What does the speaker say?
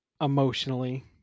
emotionally